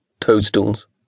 toadstools